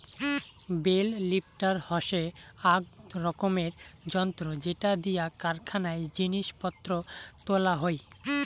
bell lifter হসে আক রকমের যন্ত্র যেটা দিয়া কারখানায় জিনিস পত্র তোলা হই